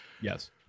Yes